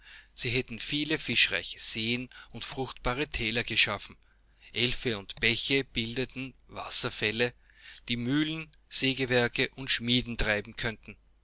sie hätten viele fischreiche seen und fruchtbare täler geschaffen elfe und bäche bildeten wasserfälle die mühlen sägewerke und schmieden treiben könnten